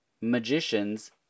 magicians